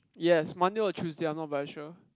yes Monday or Tuesday I'm not very sure